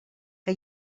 que